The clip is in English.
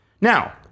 Now